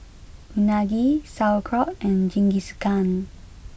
Unagi Sauerkraut and Jingisukan